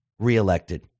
Re-elected